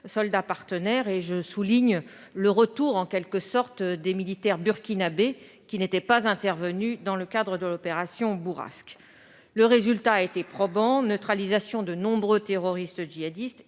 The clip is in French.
soldats partenaires. À ce titre, je souligne le retour des militaires burkinabés, qui n'étaient pas intervenus dans le cadre de l'opération Bourrasque. Le résultat s'est révélé probant : neutralisation de nombreux terroristes djihadistes,